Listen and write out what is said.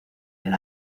del